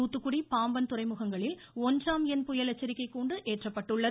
தூத்துக்குடி பாம்பன் துறைமுகங்களில் ஒன்றாம் எண் புயல் எச்சரிக்கை கூண்டு ஏற்றப்பட்டுள்ளது